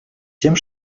тем